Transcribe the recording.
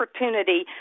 opportunity